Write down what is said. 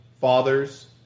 fathers